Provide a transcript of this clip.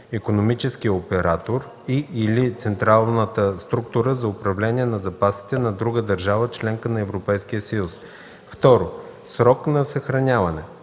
икономическия оператор и/или централната структура за управление на запасите на другата държава – членка на Европейския съюз; 2. срок на съхраняване;